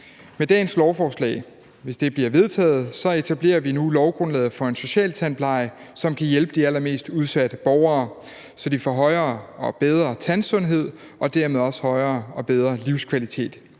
Med dagens lovforslag, hvis det bliver vedtaget, etablerer vi nu lovgrundlaget for en socialtandpleje, som kan hjælpe de allermest udsatte borgere, så de får højere og bedre tandsundhed og dermed også højere og bedre livskvalitet.